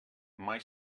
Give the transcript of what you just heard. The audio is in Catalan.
mai